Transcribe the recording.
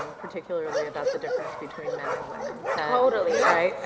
um particularly about the difference between men and women? totally. right.